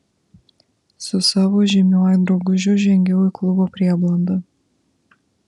su savo žymiuoju draugužiu žengiau į klubo prieblandą